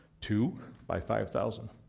two by five thousand.